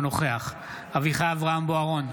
אינו נוכח אביחי אברהם בוארון,